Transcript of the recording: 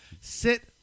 Sit